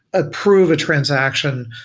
approve a transaction,